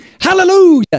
Hallelujah